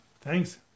Thanks